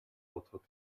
бодоход